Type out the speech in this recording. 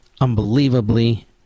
unbelievably